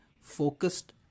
focused